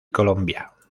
colombia